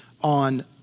on